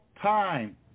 time